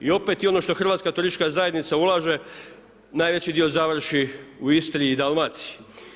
I opet ono što Hrvatska turistička zajednica ulaže najveći dio završi u Istri i Dalmaciji.